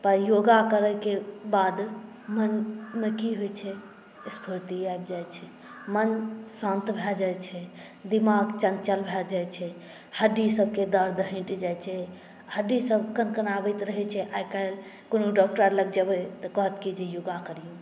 तऽ योग करैके बाद की मोनमे की होइत छै स्फूर्ति आबि जाइत छै मोन शान्त भए जाइत छै दिमाग चञ्चल भए जाइत छै हड्डीसभके दर्द हटि जाइत छै हड्डीसभ कनकनाबैत रहैत छै आइ काल्हि कोनो डॉक्टर लग जेबै तऽ कहत की जे योग करियौ